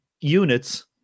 units